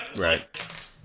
Right